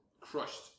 crushed